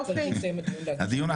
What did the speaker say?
אחרי שיסתיים הדיון.